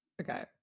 Okay